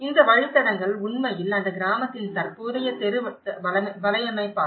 இந்த வழித்தடங்கள் உண்மையில் அந்த கிராமத்தின் தற்போதைய தெரு வலையமைப்பாகும்